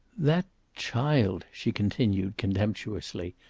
that child! she continued contemptuously.